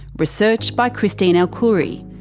research by christine el-khoury,